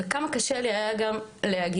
וכמה קשה לי היה גם להגיע.